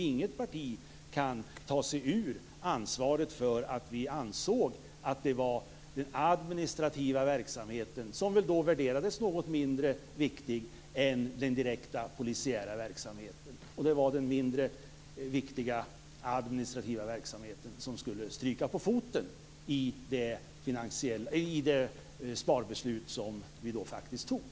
Inget parti kan ta sig ur ansvaret för att vi ansåg att det var den administrativa verksamheten, som då värderas som något mindre viktig än den direkta polisiära verksamheten, som skulle få stryka på foten i det sparbeslut som vi då fattade.